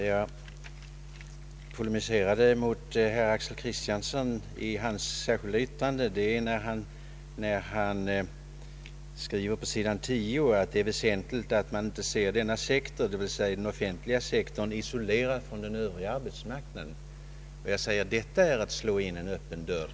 Herr talman! Min polemik mot herr Axel Kristianssons särskilda yttrande gällde vad han skriver på sidan 10, att det är väsentligt att man inte ser den offentliga sektorn isolerad från den övriga arbetsmarknaden. Jag anser att detta är att slå in en öppen dörr.